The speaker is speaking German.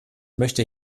möchte